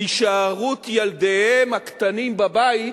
הישארות ילדיהם הקטנים בבית